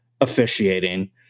officiating